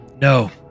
No